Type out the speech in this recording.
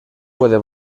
puede